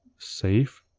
save,